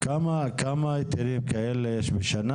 כמה היתרים כאלה יש בשנה?